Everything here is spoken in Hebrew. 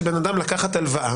של בן אדם לקחת הלוואה,